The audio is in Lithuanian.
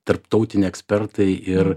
tarptautiniai ekspertai ir